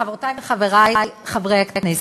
חברותי וחברי חברי הכנסת,